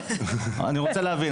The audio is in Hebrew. אני רוצה להבין.